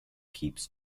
keeps